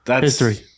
history